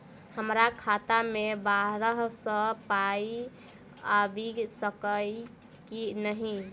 हमरा खाता मे बाहर सऽ पाई आबि सकइय की नहि?